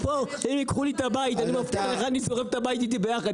אם ייקחו לי את הבית אני מבטיח לך שאני שורף את הבית איתי יחד.